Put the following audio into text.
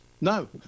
no